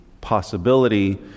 possibility